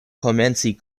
komenci